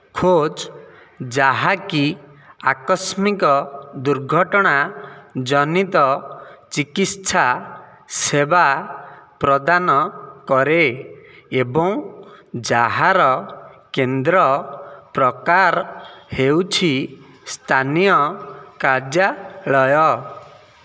ଖୋଜ ଯାହାକି ଆକସ୍ମିକ ଦୁର୍ଘଟଣା ଜନିତ ଚିକିତ୍ସା ସେବା ପ୍ରଦାନ କରେ ଏବଂ ଯାହାର କେନ୍ଦ୍ର ପ୍ରକାର ହେଉଛି ସ୍ଥାନୀୟ କାର୍ଯ୍ୟାଳୟ